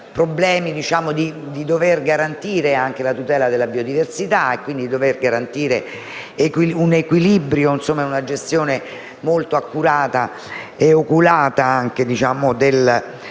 problema di dover garantire la tutela della biodiversità e quindi di dover garantire un equilibrio e una gestione molto accurata e oculata della